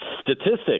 statistics